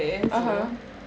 (uh huh)